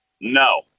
No